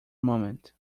moment